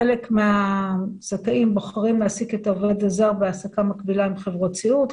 חלק מהזכאים יכולים להעסיק את העובד הזר בהעסקה מקבילה עם חברות סיעוד,